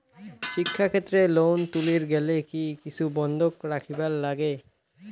শিক্ষাক্ষেত্রে লোন তুলির গেলে কি কিছু বন্ধক রাখিবার লাগে?